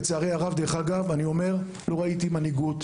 לצערי הרב לא ראיתי מנהיגות